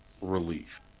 Relief